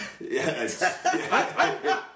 Yes